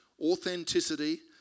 authenticity